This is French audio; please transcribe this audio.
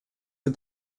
est